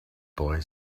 boy